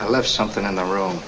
i left something in the room